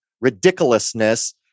ridiculousness